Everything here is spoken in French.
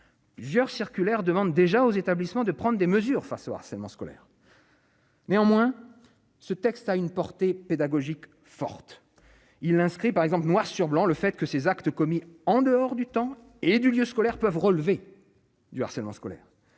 circulaire demande déjà aux établissements de prendre des mesures face au harcèlement scolaire. Néanmoins, ce texte a une portée pédagogique forte, il inscrit par exemple noir sur blanc le fait que ces actes commis en dehors du temps et et du lieu scolaire peuvent relever du harcèlement scolaire